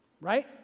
right